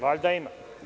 Valjda ima.